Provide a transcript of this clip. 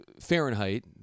Fahrenheit